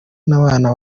n’abana